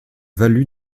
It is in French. valu